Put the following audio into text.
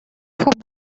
خوب